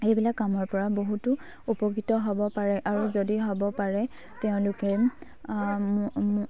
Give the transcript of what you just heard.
এইবিলাক কামৰ পৰা বহুতো উপকৃত হ'ব পাৰে আৰু যদি হ'ব পাৰে তেওঁলোকে